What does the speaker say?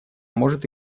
может